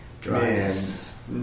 dryness